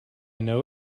know